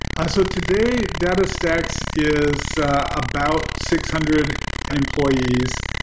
ah so today, datastax is about six hundred employees,